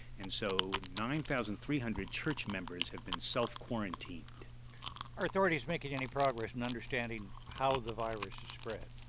and so nine thousand three hundred church members have been self-quarantined are authorities making any progress in understanding how the virus has spread?